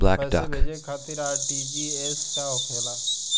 पैसा भेजे खातिर आर.टी.जी.एस का होखेला?